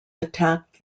attacked